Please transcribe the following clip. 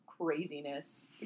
craziness